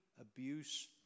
abuse